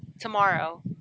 tomorrow